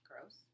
Gross